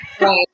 Right